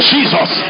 Jesus